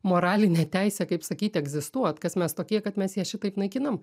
moralinę teisę kaip sakyti egzistuot kas mes tokie kad mes ją šitaip naikinam